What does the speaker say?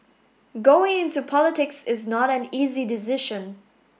going into politics is not an easy decision